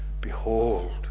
behold